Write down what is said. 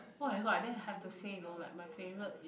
oh my god and then have to say you know like my favourite is